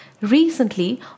Recently